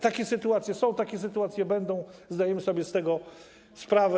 Takie sytuacje są, takie sytuacje będą, zdajemy sobie z tego sprawę.